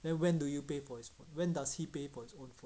then when do you pay for his when does he pay for his own